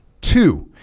Two